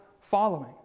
following